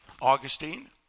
Augustine